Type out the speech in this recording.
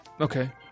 Okay